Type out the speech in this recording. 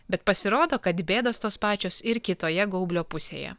bet pasirodo kad bėdos tos pačios ir kitoje gaublio pusėje